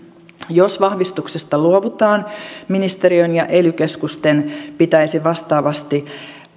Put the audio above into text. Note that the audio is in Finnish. jos vahvistuksesta luovutaan ministeriön ja ely keskusten pitäisi vastaavasti